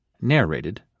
Narrated